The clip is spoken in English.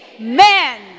amen